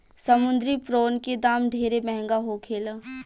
समुंद्री प्रोन के दाम ढेरे महंगा होखेला